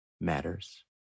matters